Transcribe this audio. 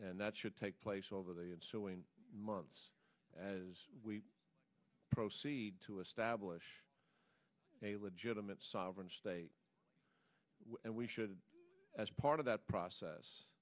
and that should take place over the ensuing months as we proceed to establish a legitimate sovereign state and we should as part of that process